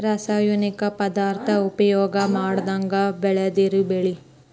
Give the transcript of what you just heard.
ರಾಸಾಯನಿಕ ಪದಾರ್ಥಾ ಉಪಯೋಗಾ ಮಾಡದಂಗ ಬೆಳದಿರು ಬೆಳಿ